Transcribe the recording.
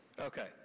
Okay